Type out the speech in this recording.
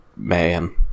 Man